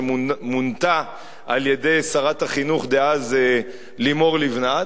שמונתה על-ידי שרת החינוך דאז לימור לבנת,